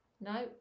no